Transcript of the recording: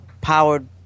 powered